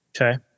Okay